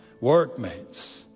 workmates